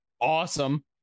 awesome